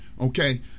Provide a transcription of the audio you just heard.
okay